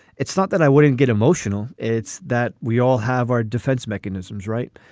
it's not that i wouldn't get emotional. it's that we all have our defense mechanisms right.